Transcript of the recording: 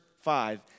five